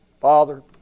Father